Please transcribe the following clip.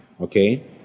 Okay